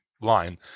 line